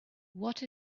what